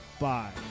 bye